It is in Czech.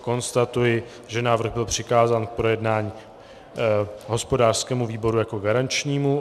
Konstatuji, že návrh byl přikázán k projednání hospodářskému výboru jako garančnímu.